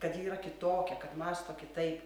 kad ji yra kitokia kad mąsto kitaip